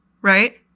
right